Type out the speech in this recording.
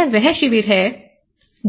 यह वह शिविर है